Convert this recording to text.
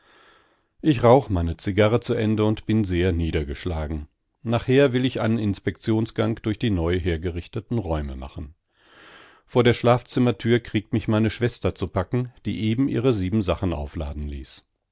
ich rauch meine zigarre zu ende und bin sehr niedergeschlagen nachher will ich einen inspektionsgang durch die neu hergerichteten räume machen vor der schlafzimmertür kriegt mich meine schwester zu packen die eben ihre siebensachen aufladen ließ